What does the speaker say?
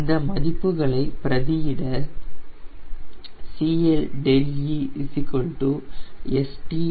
இந்த மதிப்புகளை பிரதி இட CLe StS 𝜂CLt𝜏 0